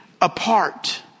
apart